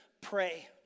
pray